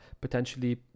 potentially